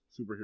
superhero